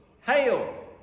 Hail